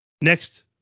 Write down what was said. Next